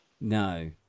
no